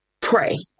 pray